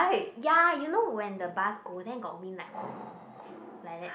ya you know when the bus go then got wind like that